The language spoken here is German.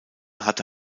hatte